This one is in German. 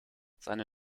seine